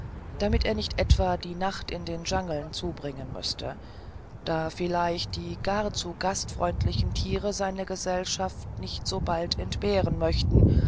damit er nicht etwa die nacht in den dschangeln zubringen müßte da vielleicht die gar zu gastfreundlichen tiere seine gesellschaft nicht so bald entbehren möchten